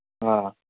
ꯑꯥ